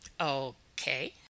Okay